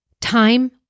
time